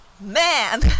man